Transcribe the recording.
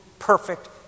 perfect